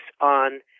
on